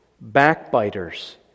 backbiters